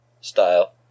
style